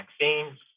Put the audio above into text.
vaccines